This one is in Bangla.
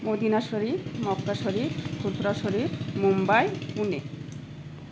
মদিনা শরীফ মক্কা শরীফ খুত্রা শরীফ মুম্বাই পুনে